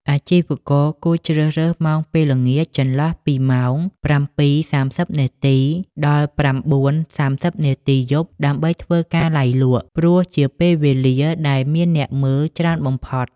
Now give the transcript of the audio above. អាជីវករគួរជ្រើសរើស ម៉ោងពេលល្ងាច ចន្លោះពីម៉ោង ៧:៣០ នាទី ដល់ ៩:៣០ នាទី យប់ ដើម្បីធ្វើការ ឡាយលក់ ព្រោះជាពេលវេលាដែលមានអ្នកមើលច្រើនបំផុត។